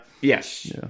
yes